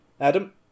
Adam